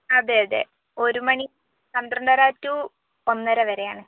അതെ അതെ ഒരു മണി പന്ത്രണ്ടര ടു ഒന്നര വരെയാണ്